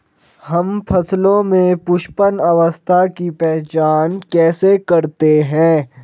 हम फसलों में पुष्पन अवस्था की पहचान कैसे करते हैं?